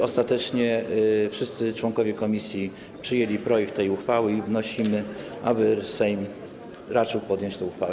Ostatecznie wszyscy członkowie komisji przyjęli projekt tej uchwały i wnosimy, aby Sejm raczył podjąć tę uchwałę.